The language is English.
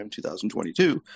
2022